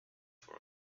for